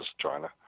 China